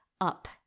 up